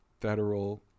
federal